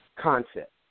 Concept